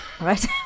right